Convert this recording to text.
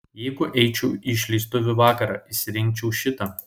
jeigu eičiau į išleistuvių vakarą išsirinkčiau šitą